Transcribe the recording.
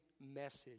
message